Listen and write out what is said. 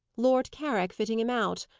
lord carrick fitting him out.